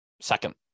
second